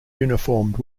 uniformed